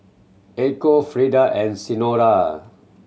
Echo Freida and Senora